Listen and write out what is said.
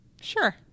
Sure